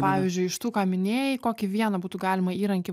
pavyzdžiui iš tų ką minėjai kokį vieną būtų galima įrankį